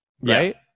right